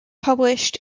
published